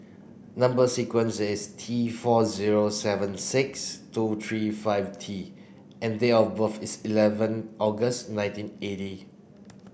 number sequence is T four zero seven six two three five T and date of birth is eleven August nineteen eighty